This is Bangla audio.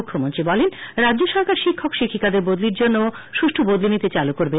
মুখ্যমন্ত্রী বলেন রাজ্য সরকার শিক্ষক শিক্ষিকাদের বদলির জন্যও সুষ্ঠু বদলীনীতি চালু করবে